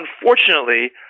unfortunately